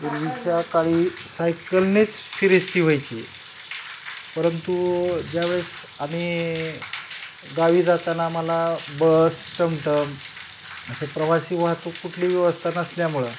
पुर्वीच्या काळी सायकलनेच फिरस्ती व्हायची परंतु ज्यावेळेस आम्ही गावी जाताना आम्हाला बस टमटम असे प्रवासी वाहतूक कुठली व्यवस्था नसल्यामुळं